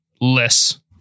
less